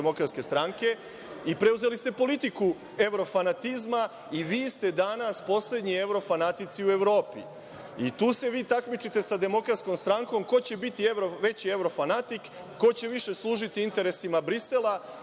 i preuzeli ste politiku evrofanatizma i vi ste danas poslednji evrofanatici u Evropi. Tu se vi takmičite sa DS ko će biti veći evrofanatik, ko će više služiti interesima Brisela,